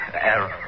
error